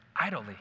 idly